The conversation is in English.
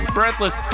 breathless